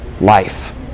life